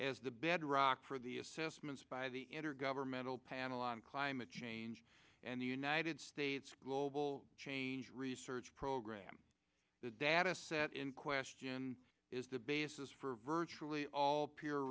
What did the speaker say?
as the bedrock for the assessments by the intergovernmental panel on climate change and the united states global change research program the data set in question is the basis for virtually all p